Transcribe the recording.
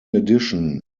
addition